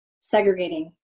segregating